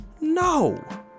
No